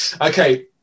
Okay